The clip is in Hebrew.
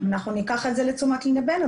אנחנו ניקח את זה לתשומת לבנו.